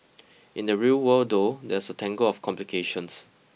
in the real world though there's a tangle of complications